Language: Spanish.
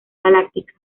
galáctica